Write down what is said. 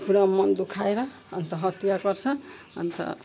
पुरा मन दुखाएर अन्त हत्या गर्छ अन्त